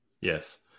yes